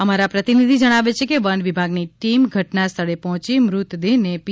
અમારા પ્રતિનિધિ જણાવે છે કે વન વિભાગની ટીમ ઘટના સ્થળે પહોંચી મૃતદેહને પી